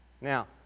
Now